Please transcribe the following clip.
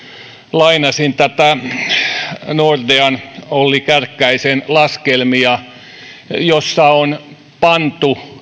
lainasin näitä nordean olli kärkkäisen laskelmia joissa on pantu